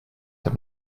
have